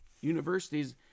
universities